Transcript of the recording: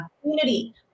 community